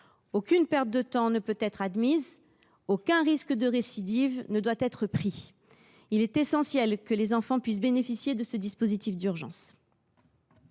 Aucune perte de temps ne saurait être admise, aucun risque de récidive ne peut être pris. Il est donc essentiel que les enfants puissent bénéficier de ce dispositif d’urgence.